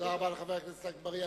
תודה רבה לחבר הכנסת אגבאריה.